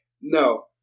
No